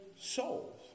souls